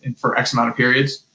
and for x amount of periods.